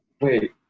Wait